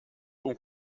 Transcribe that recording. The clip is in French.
bon